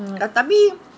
mm tapi